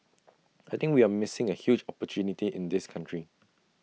I think we're missing A huge opportunity in this country